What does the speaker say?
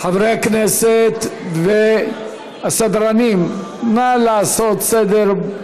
חברי הכנסת והסדרנים, נא לעשות סדר.